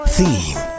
Theme